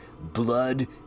blood